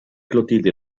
clotilde